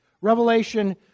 Revelation